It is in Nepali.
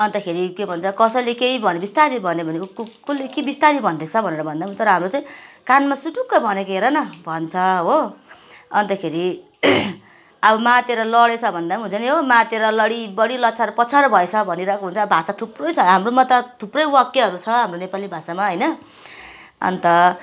अन्तखेरि के भन्छ कसैले केही भन्यो बिस्तारी भन्यो भने कसले के बिस्तारी भन्दैछ भनेर भन्दा पनि हुन्छ तर हाम्रो चाहिँ कानमा सुटुक्कै भनेको हेरन भन्छ हो अन्तखेरि अब मातेर लडेछ भन्दा पनि हुन्छ नि हो मातेर लडिबडी लछारपछार भएछ भनिरहेको हुन्छ भाषा थुप्रै छ हाम्रोमा त थुप्रै वाक्यहरू छ हाम्रो नेपाली भाषामा होइन अन्त